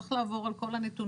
שצריך לעבור על כל הנתונים,